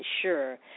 sure